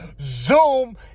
zoom